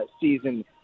season